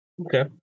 Okay